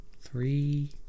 three